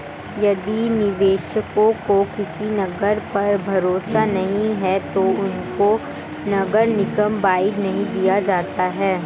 यदि निवेशकों को किसी नगर पर भरोसा नहीं है तो उनको नगर निगम बॉन्ड नहीं दिया जाता है